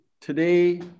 today